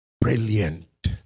brilliant